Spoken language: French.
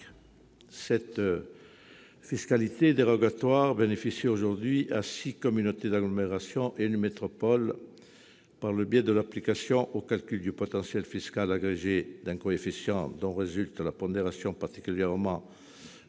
Cette fiscalité dérogatoire bénéficie aujourd'hui à six communautés d'agglomération et une métropole, par le biais de l'application au calcul du potentiel fiscal agrégé d'un coefficient dont résulte une pondération particulièrement